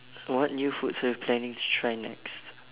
what new foods are you planning to try next